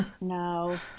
No